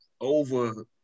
over